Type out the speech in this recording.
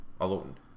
alone